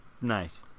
Nice